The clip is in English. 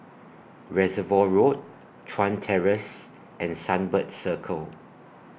Reservoir Road Chuan Terrace and Sunbird Circle